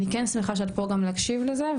אני כן שמחה שאת פה גם להקשיב לזה,